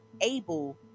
able